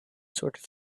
sort